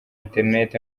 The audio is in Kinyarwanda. internet